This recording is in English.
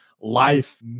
life